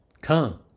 come